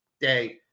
day